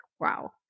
wow